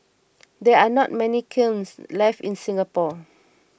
there are not many kilns left in Singapore